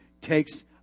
takes